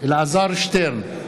אלעזר שטרן,